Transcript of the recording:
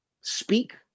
speak